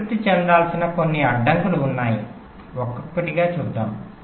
సంతృప్తి చెందాల్సిన కొన్ని అడ్డంకులు ఉన్నాయి ఒక్కొక్కటిగా చూద్దాం